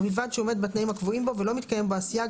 ובלבד שהוא עומד בתנאים הקבועים בו ולא מתקיים בו הסייג